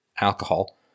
alcohol